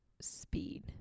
speed